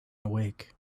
awake